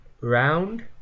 round